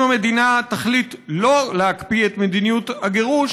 אם המדינה תחליט לא להקפיא את מדיניות הגירוש,